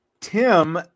Tim